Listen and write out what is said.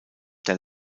der